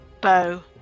bow